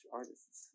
artists